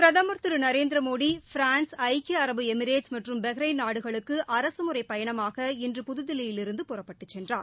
பிரதமர் திரு நரேந்திர மோடி பிரான்ஸ் ஐக்கிய அரபு எமிரேட்ஸ் மற்றும் பஹ்ரைன் நாடுகளுக்கு அரசுமுறைப் பயணமாக இன்று புதுதில்லியில் இருந்து புறப்பட்டு சென்றார்